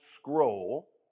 scroll